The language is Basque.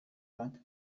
bat